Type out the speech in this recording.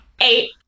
Eight